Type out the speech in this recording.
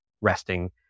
resting